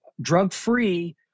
drug-free